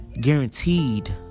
guaranteed